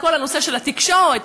כל הנושא של התקשורת,